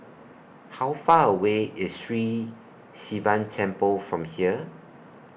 How Far away IS Sri Sivan Temple from here